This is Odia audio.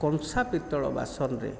କଂସା ପିତଳ ବାସନରେ